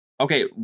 Okay